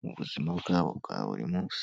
mu buzima bwabo bwa buri munsi.